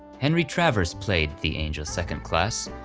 henry travers played the angel second-class,